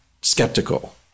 skeptical